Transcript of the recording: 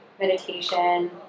meditation